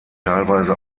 teilweise